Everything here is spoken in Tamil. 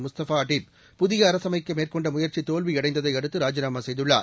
முஸ்தாபா அடப் புதிய அரசமைக்க மேற்கொண்ட முயற்சி தோல்வியடைந்ததை அடுத்து ராஜினாமா செய்துள்ளார்